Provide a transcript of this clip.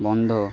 বন্ধ